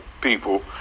people